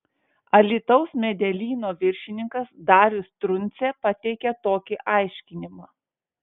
alytaus medelyno viršininkas darius truncė pateikė tokį aiškinimą